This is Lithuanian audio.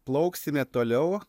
plauksime toliau